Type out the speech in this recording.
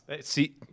See